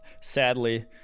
sadly